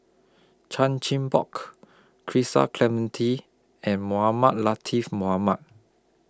Chan Chin Bock Clementi and Mohamed Latiff Mohamed